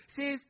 says